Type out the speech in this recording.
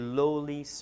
lowly